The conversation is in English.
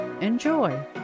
Enjoy